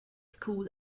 school